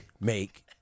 make